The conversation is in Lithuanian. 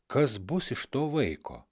kas bus iš to vaiko